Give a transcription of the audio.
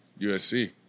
USC